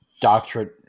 doctrine